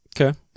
okay